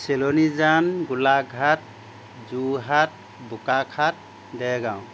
Chilonijan Golaghat Jorhat Bokaghat Dergaon